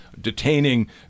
detaining